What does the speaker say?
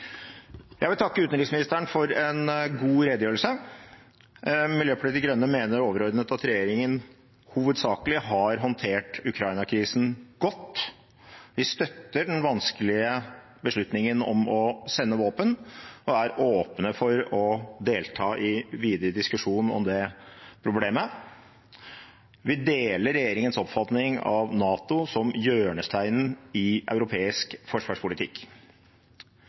Jeg vil takke utenriksministeren for en god redegjørelse. Miljøpartiet De Grønne mener overordnet at regjeringen hovedsakelig har håndtert Ukraina-krisen godt. Vi støtter den vanskelige beslutningen om å sende våpen og er åpne for å delta i videre diskusjon om det problemet. Vi deler regjeringens oppfatning av NATO som hjørnesteinen i europeisk forsvarspolitikk.